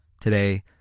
Today